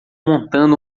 montando